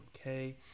okay